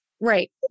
Right